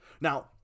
Now